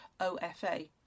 OFA